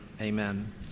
Amen